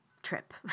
Trip